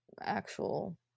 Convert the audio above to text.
actual